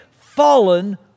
fallen